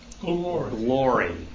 Glory